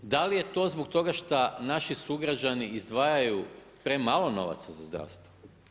Da li je to zbog toga šta naši sugrađani izdvajaju premalo novaca za zdravstvo.